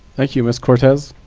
thank you. ms cortez.